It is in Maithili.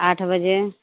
आठ बजे